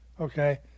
Okay